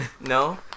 No